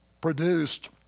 produced